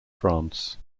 france